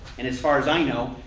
and as far as i know,